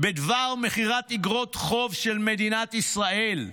בדבר מכירת איגרות חוב של מדינת ישראל,